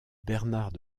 bernard